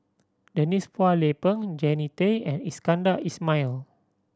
Denise Phua Lay Peng Jannie Tay and Iskandar Ismail